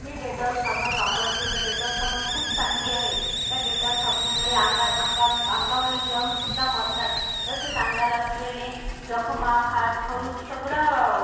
मी Dettol साबण वापरते व डेटॉल साबण खूप चांगली आहे त्या डेटॉल साबणामुळे अंगाल् अंगात अंगावरील जर्मस् सुद्धा मरतात तसेच अंगाला असलेल्या जखमा खाज खरूज सगळं